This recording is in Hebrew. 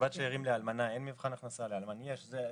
קצבת שאירים לאלמנה אין מבחן הכנסה, לאלמן יש.